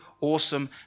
awesome